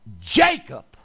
Jacob